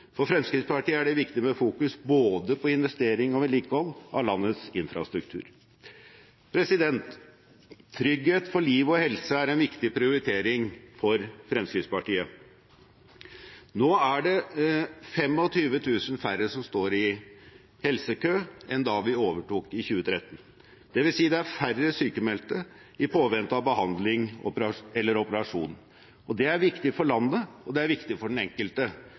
For Fremskrittspartiet er det viktig å fokusere både på investering og vedlikehold av landets infrastruktur. Trygghet for liv og helse er en viktig prioritering for Fremskrittspartiet. Nå er det 25 000 færre som står i helsekø enn da vi overtok i 2013, dvs. det er færre sykmeldte i påvente av behandling eller operasjon. Det er viktig for landet, det er viktig for den enkelte,